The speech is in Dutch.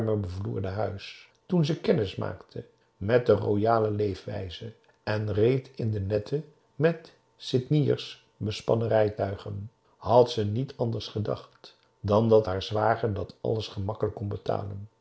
bevloerde huis toen ze kennis maakte met de royale leefwijze en reed in de nette met sydnyers bespannen rijtuigen had ze niet anders gedacht dan dat haar zwager dat alles gemakkelijk kon betalen